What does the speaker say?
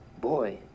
Boy